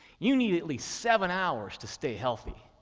you need at least seven hours to stay healthy.